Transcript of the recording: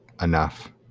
enough